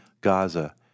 Gaza